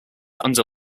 under